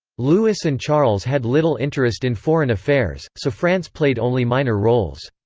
louis and charles had little interest in foreign affairs, so france played only minor roles.